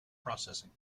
processing